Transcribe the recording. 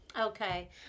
Okay